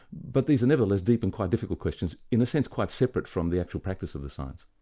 but these are nevertheless deep and quite difficult questions, in a sense, quite separate from the actual practice of the science.